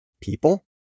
People